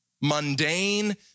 mundane